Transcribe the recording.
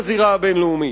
בזירה הבין-לאומית.